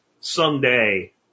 someday